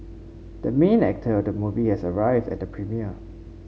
the main actor of the movie has arrived at the premiere